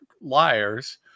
liars